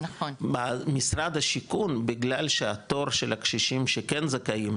משרד השיכון בגלל שהתור של הקשישים שכן זכאים,